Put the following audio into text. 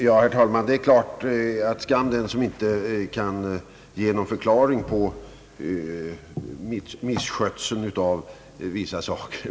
Herr talman! Ja, skam den som inte kan ge någon förklaring till misskötseln av dessa saker!